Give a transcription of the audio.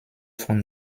von